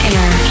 Air